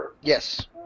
Yes